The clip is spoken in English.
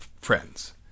friends